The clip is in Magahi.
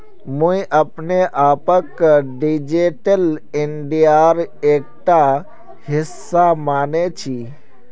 मुई अपने आपक डिजिटल इंडियार एकटा हिस्सा माने छि